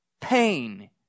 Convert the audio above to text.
pain